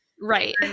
right